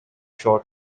short